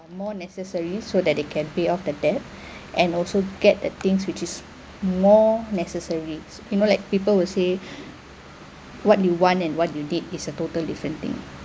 more necessary so that they can pay off the debt and also get the things which is more necessary you know like people will say what you want and what you need is a total different thing